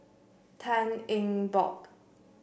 Tan Eng Bock